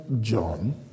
John